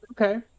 Okay